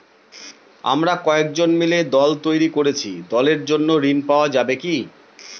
আমরা কয়েকজন মিলে দল তৈরি করেছি দলের জন্য ঋণ পাওয়া যাবে কি?